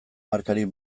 markarik